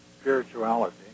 spirituality